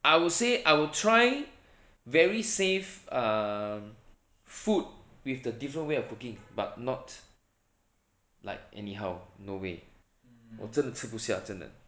I would say I will try very safe um food with the different way of cooking but not like anyhow no way 我真的吃不下真的